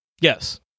Yes